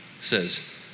says